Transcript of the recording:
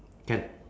can